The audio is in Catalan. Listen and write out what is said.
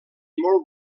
molt